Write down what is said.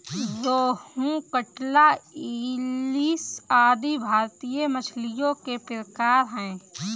रोहू, कटला, इलिस आदि भारतीय मछलियों के प्रकार है